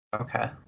okay